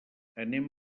anem